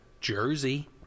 Jersey